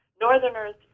Northerners